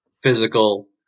physical